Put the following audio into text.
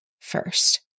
first